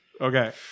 Okay